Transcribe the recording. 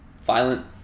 violent